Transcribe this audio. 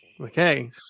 okay